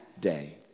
day